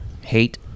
Hate